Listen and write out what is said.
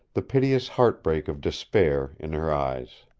the piteous heartbreak of despair in her eyes.